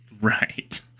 right